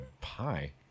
Pie